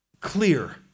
clear